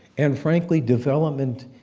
and frankly, development,